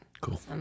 Cool